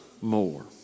more